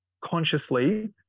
consciously